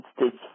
States